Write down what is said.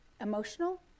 emotional